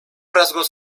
rasgos